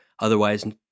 otherwise